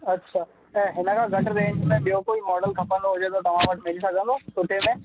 अच्छा ऐं हिनखां घटि रेंज में ॿियो कोई मॉडल खपंदो हुजे त तव्हां वटि मिली सघंदो सुठे में